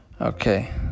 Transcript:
Okay